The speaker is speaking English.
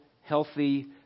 healthy